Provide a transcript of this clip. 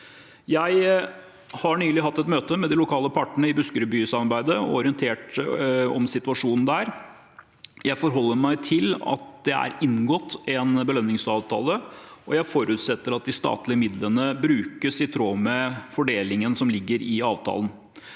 Jeg har nylig hatt et møte med de lokale partene i Buskerudby-samarbeidet og orientert om situasjonen der. Jeg forholder meg til at det er inngått en belønningsavtale, og jeg forutsetter at de statlige midlene brukes i tråd med fordelingen som ligger i avtalen.